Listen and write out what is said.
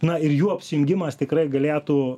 na ir jų apsijungimas tikrai galėtų